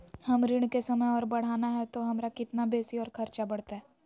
हमर ऋण के समय और बढ़ाना है तो हमरा कितना बेसी और खर्चा बड़तैय?